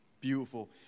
beautiful